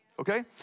okay